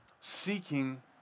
seeking